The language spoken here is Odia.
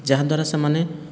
ଯାହା ଦ୍ୱାରା ସେମାନେ